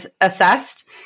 assessed